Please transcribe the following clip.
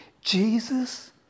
Jesus